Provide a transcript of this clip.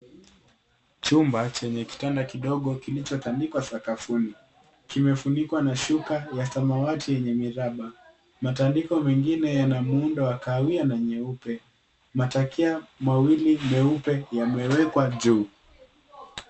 Chumba chenye kitanda kidogo kilichotandikwa sakafuni. Kimefunikwa na shuka ya samawati yenye miraba. Matandiko mengine yana muundo wa kahawia na nyeupe. Matakia mawili meupe yamewekwa juu.